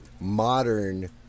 modern